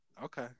Okay